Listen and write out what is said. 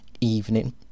evening